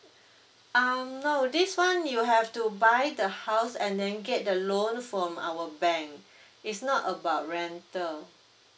um no this one you have to buy the house and then get the loan from our bank it's not about rental